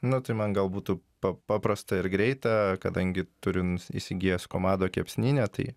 na tai man gal būtų pa paprasta ir greita kadangi turiu įsigijęs komando kepsninę tai